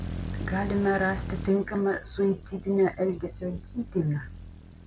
galime rasti tinkamą suicidinio elgesio gydymą